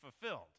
fulfilled